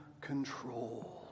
control